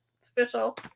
Special